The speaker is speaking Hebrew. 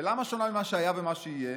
ולמה שונה ממה שהיה ומה שיהיה?